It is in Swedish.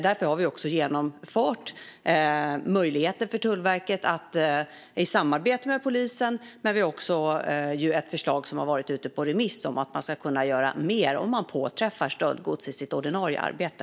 Därför har vi infört möjligheter för Tullverket att samarbeta med polisen, men vi har också ett förslag som har varit ute på remiss om att man ska kunna göra mer om man påträffar stöldgods i sitt ordinarie arbete.